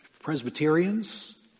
Presbyterians